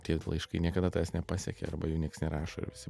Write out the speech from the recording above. tie laiškai niekada nepasiekia arba jų nieks nerašo ir visi